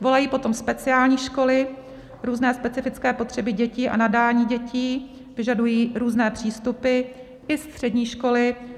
Volají po tom speciální školy, různé specifické potřeby dětí a nadání dětí vyžadují různé přístupy, i střední školy.